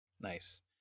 nice